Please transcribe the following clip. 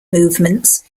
movements